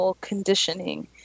conditioning